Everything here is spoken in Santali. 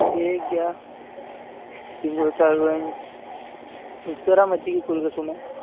ᱴᱷᱤᱠ ᱜᱮᱭᱟ ᱛᱤᱸᱜᱩ ᱦᱟᱛᱟᱲᱚᱜ ᱟᱹᱧ ᱩᱥᱟᱹᱨᱟ ᱢᱟᱪᱷᱟ ᱛᱮᱜᱮ ᱠᱩᱞ ᱠᱟᱠᱚ ᱢᱮ